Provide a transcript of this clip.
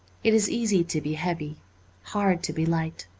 it is easy to be heavy hard to be light.